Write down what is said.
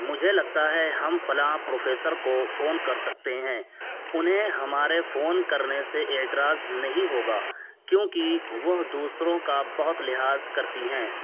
مجھے لگتا ہے ہم فلاں پروفیسر کو فون کر سکتے ہیں انہیں ہمارے فون کرنے سے اعتراض نہیں ہوگا کیوںکہ وہ دوسروں کا بہت لحاظ کرتی ہیں